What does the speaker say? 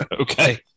Okay